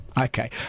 Okay